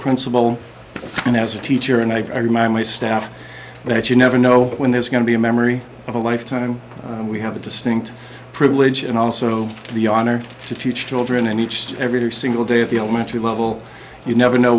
principal and as a teacher and i remind my staff that you never know when there's going to be a memory of a lifetime we have a distinct privilege and also the honor to teach children and each and every single day at the elementary level you never know